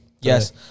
Yes